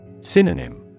Synonym